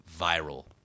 viral